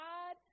God